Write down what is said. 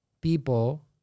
people